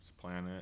planet